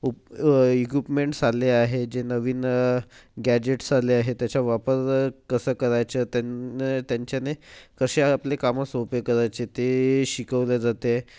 उप equipments आले आहे जे नवीन गॅजेट्स आले आहेत त्याच्या वापर कसा करायचा त्यानं त्यांच्याने कसे आपले कामं सोपे करायचे ते शिकवले जाते